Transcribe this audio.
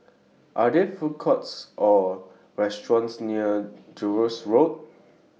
Are There Food Courts Or restaurants near Jervois Road